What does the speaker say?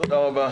תודה רבה.